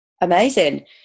amazing